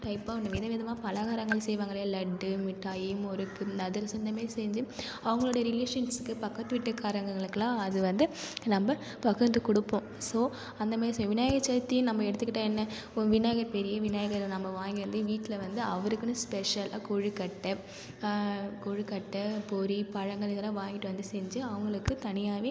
டைப்பாக ஒன்று விதவிதமாக பலகாரங்கள் செய்வாங்க இல்லையா லட்டு மிட்டாய் முறுக்கு இந்த அதிரசம் இந்தமாரி செஞ்சு அவங்களோடைய ரிலேஷன்ஸுக்கு பக்கத்து வீட்டுக்காரங்கங்களுக்கெல்லாம் அது வந்து நம்ம பகிர்ந்து கொடுப்போம் ஸோ அந்தமாரி செய்வோம் விநாயகர் சதுர்த்தின்னு நம்ம எடுத்துக்கிட்டால் என்ன ஒரு விநாயகர் பெரிய விநாயகர நம்ம வாங்கி வந்து வீட்டில் வந்து அவருக்குன்னு ஸ்பெஷலாக கொழுக்கட்டை கொழுக்கட்டை பொரி பலங்கள் இதெல்லாம் வாங்கிட்டு வந்து செஞ்சு அவங்களுக்கு தனியாகவே